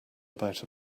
about